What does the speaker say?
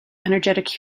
energetic